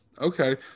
Okay